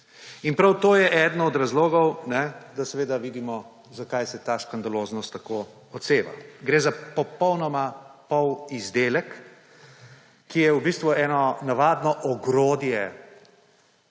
In prav to je eden od razlogov, da seveda vidimo, zakaj se ta škandaloznost tako odseva. Gre za popolnoma polizdelek, ki je v bistvu eno navadno ogrodje